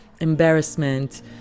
embarrassment